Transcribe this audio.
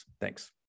Thanks